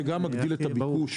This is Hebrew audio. זה גם מגדיל את הביקוש.